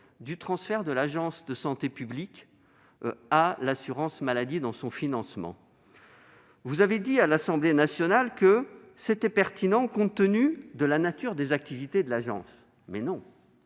du financement de l'Agence nationale de santé publique à l'assurance maladie. Vous avez dit à l'Assemblée nationale que c'était pertinent, compte tenu de la nature des activités de l'Agence. Mais non !